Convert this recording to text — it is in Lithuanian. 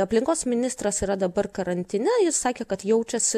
aplinkos ministras yra dabar karantine jis sakė kad jaučiasi